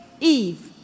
Eve